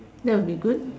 that would be good